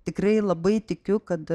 tikrai labai tikiu kad